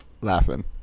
laughing